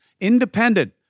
Independent